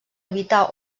evitar